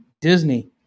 Disney